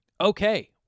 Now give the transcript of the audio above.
Okay